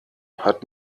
hat